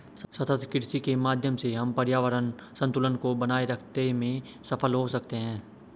सतत कृषि के माध्यम से हम पर्यावरण संतुलन को बनाए रखते में सफल हो सकते हैं